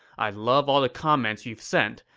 i love all the comments you've sent,